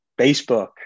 Facebook